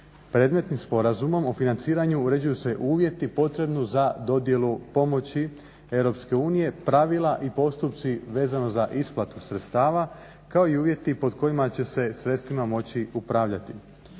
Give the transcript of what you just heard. Predmetnim sporazumom o financiranju uređuju se uvjeti potrebni za dodjelu pomoći Europske unije, pravila i postupci vezano za isplatu sredstava, kao i uvjeti pod kojima će se sredstvima moći upravljati.